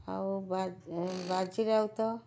ଆଉ ବାଜିରାଉତ୍